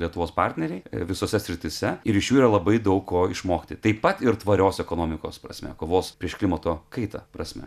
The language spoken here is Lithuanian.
lietuvos partneriai visose srityse ir iš jų yra labai daug ko išmokti taip pat ir tvarios ekonomikos prasme kovos prieš klimato kaitą prasme